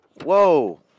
whoa